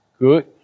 good